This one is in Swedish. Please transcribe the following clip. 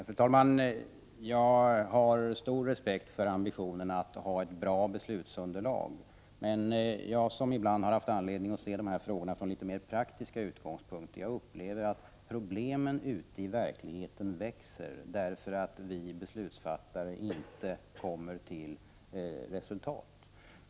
Fru talman! Jag har stor respekt för ambitionen att vilja ha ett bra beslutsunderlag. Men jag, som ibland har haft anledning att se dessa frågor från litet mer praktiska utgångspunkter, upplever att problemen ute i verkligheten växer därför att vi beslutsfattare inte kommer till resultat.